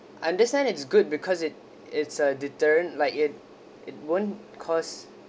understand it's good because it it's a deterrent like it it won't cost